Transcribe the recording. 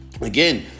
again